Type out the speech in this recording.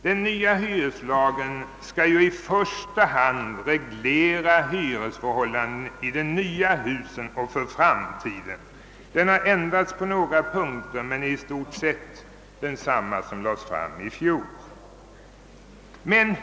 Den nya hyreslagen skall i första hand reglera hyresförhållandena i de nya husen och för framtiden. Den har ändrats på några punkter, men är i stort sett densamma som lades fram i fjol.